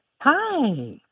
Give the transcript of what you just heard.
Hi